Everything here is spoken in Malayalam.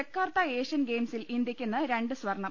ജക്കാർത്ത ഏഷ്യൻ ഗെയിംസിൽ ഇന്ത്യക്ക് ഇന്ന് രണ്ട് സ്വർണം